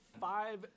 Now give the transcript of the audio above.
five